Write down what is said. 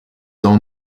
own